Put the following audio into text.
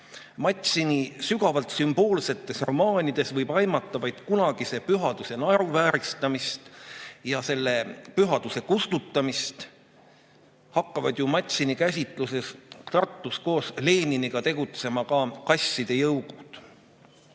Matsini sügavalt sümboolsetes romaanides võib aimata vaid kunagise pühaduse naeruvääristamist ja selle pühaduse kustutamist. Hakkavad ju Matsini käsitluses Tartus koos Leniniga tegutsema ka kasside jõugud. Aga